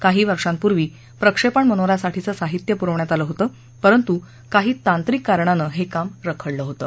काही वर्षांपूर्वी प्रक्षेपण मनो यासाठीचं साहित्य पुरवण्यात आलं होतं परंतु काही तांत्रिक कारणानं हे काम रखडलं होतं